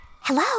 Hello